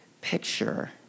picture